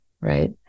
Right